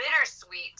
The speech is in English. bittersweet